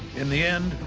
in the end,